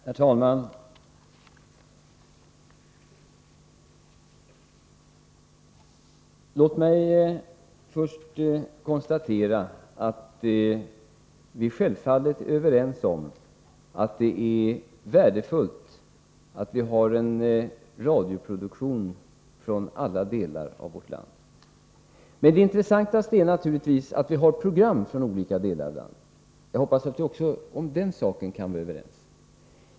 Herr talman! Låt mig först konstatera att vi självfallet är överens om att det är värdefullt att vi har radioproduktion från alla delar av vårt land. Men det intressantaste är naturligtvis att vi har program från olika delar av landet. Jag hoppas att vi kan vara överens också om den saken.